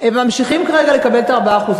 הם ממשיכים לקבל את ה-4%?